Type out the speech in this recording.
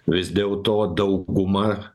vis dėl to dauguma